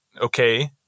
okay